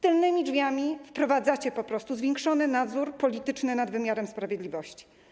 Tylnymi drzwiami wprowadzacie po prostu zwiększony nadzór polityczny nad wymiarem sprawiedliwości.